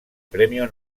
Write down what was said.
premio